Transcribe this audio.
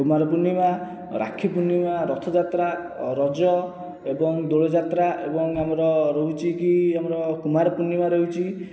କୁମାର ପୂର୍ଣ୍ଣିମା ରାକ୍ଷୀ ପୂର୍ଣ୍ଣିମା ରଥଯାତ୍ରା ରଜ ଏବଂ ଦୋଳଯାତ୍ରା ଏବଂ ଆମର ରହୁଛି କି ଆମର କୁମାର ପୂର୍ଣ୍ଣିମା ରହୁଛି